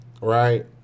right